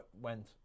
went